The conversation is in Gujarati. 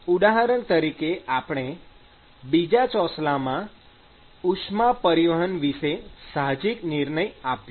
ઉદાહરણ તરીકે આપણે બીજા ચોસલામાં ઉષ્મા પરિવહન વિશે સાહજિક નિર્ણય આપ્યો